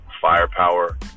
firepower